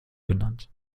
genannt